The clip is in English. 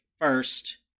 first